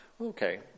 Okay